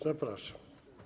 Zapraszam.